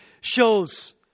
shows